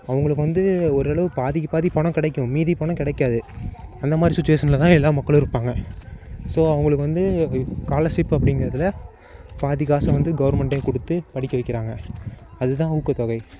அவங்களுக்கு வந்து ஓரளவு பாதிக்கு பாதி பணம் கிடைக்கும் மீதி பணம் கிடைக்காது அந்த மாதிரி சுச்வேஷனில் தான் எல்லா மக்களும் இருப்பாங்க ஸோ அவங்களுக்கு வந்து ஸ்காலர்ஷிப் அப்படிங்கிறதில் பாதி காசு வந்து கவர்மெண்ட்டே கொடுத்து படிக்க வைக்கிறாங்க அதுதான் ஊக்கத்தொகை